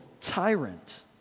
tyrant